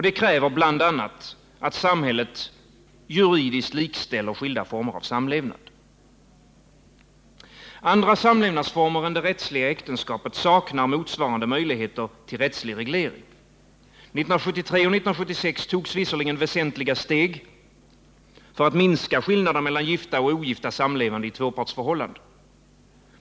Det kräver att samhället juridiskt likställer skilda former av samlevnad. Andra samlevnadsformer än det rättsliga äktenskapet saknar motsvarande möjligheter till rättslig reglering. 1973 och 1976 togs visserligen väsentliga steg för att minska skillnaderna mellan gifta och ogifta samlevande i tvåpartsförhållanden.